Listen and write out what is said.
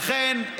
לכן,